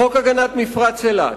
חוק הגנת מפרץ אילת.